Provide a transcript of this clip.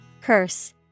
Curse